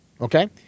Okay